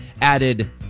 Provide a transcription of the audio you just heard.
added